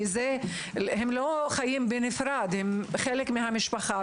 הם לא חיים בנפרד, הם חלק מהמשפחה.